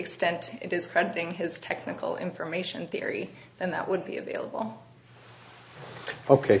extent it is crediting his technical information theory and that would be available ok